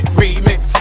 remix